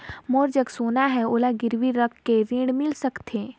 मोर जग सोना है ओला गिरवी रख के ऋण मिल सकथे?